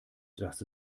dass